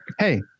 Hey